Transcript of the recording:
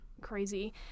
crazy